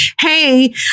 hey